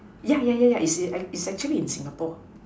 yeah yeah yeah yeah its a its actually in Singapore